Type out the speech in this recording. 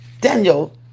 Daniel